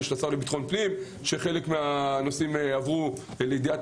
יש את השר לביטחון פנים שחלק מהנושאים הועברו לידיעת